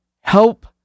help